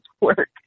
work